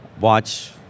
Watch